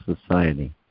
Society